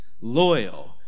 loyal